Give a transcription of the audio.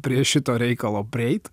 prie šito reikalo prieit